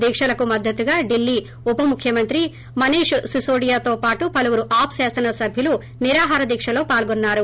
దీక్షలకు మద్గతుగా ఢిల్లీ ఉప ముఖ్యమంత్రి మనీష్ సినోడియా తో పాటు పలువురు ఆప్ శాసన సబ్యులు నిరాహార దీక లో పాల్గున్నారు